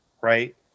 Right